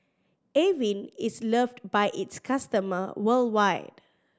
Avene is loved by its customer worldwide